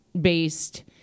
based